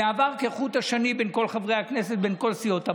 וזה עבר כחוט השני בין כל חברי הכנסת מכל סיעות הבית.